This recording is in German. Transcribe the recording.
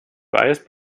beeilst